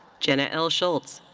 jenna l. schulze.